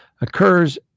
occurs